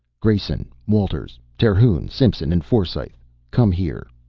grayson, walters, terhune, simpson, and forsythe come here,